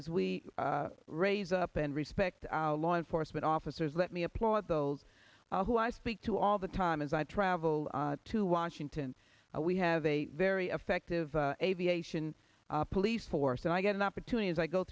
as we raise up and respect our law enforcement officers let me applaud those who i speak to all the time as i travel to washington and we have a very effective aviation police force and i get an opportunity as i go